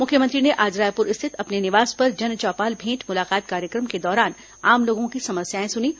मुख्यमंत्री ने आज रायपुर स्थित अपने निवास पर जनचौपाल भेंट मुलाकात कार्यक्रम के दौरान आम लोगों की समस्याएं सुनीं